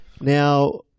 Now